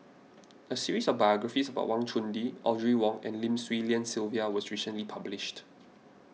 a series of biographies about Wang Chunde Audrey Wong and Lim Swee Lian Sylvia was recently published